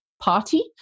Party